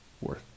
worth